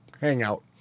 hangout